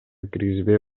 киргизбей